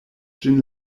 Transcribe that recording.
ĝin